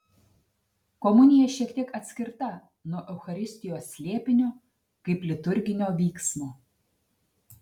komunija šiek tiek atskirta nuo eucharistijos slėpinio kaip liturginio vyksmo